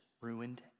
ruined